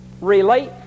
relate